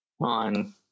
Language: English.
On